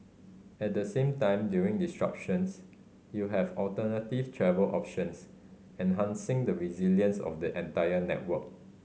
at the same time during disruptions you have alternative travel options enhancing the resilience of the entire network